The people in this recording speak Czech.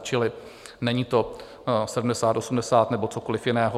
Čili není to 70, 80, nebo cokoliv jiného.